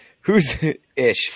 Who's-ish